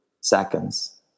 seconds